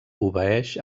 obeeix